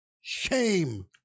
shame